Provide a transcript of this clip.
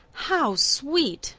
how sweet!